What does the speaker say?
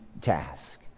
task